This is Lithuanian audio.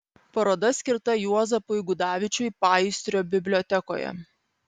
paroda skirta juozapui gudavičiui paįstrio bibliotekoje